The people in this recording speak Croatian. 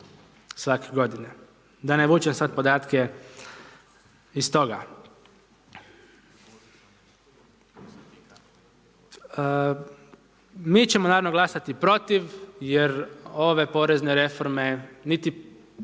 svake godine. Da ne vučem sada podatke iz toga. Mi ćemo naravno glasati protiv jer ove porezne reforme niti